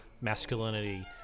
masculinity